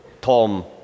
Tom